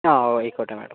ആ ഓ ആയിക്കോട്ടെ മേഡം